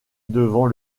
devant